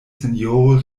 sinjoro